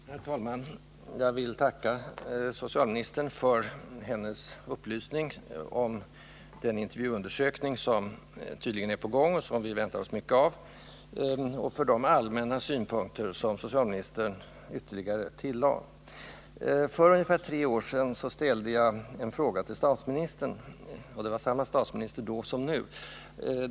Herr talman! Jag vill tacka socialministern för hennes upplysning om den intervjuundersökning som tydligen är på gång och som vi väntar oss mycket av samt för de allmänna synpunkter som socialministern tillade. För ungefär tre år sedan ställde jag en fråga till statsministern — och det var samma statsminister då som nu.